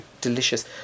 Delicious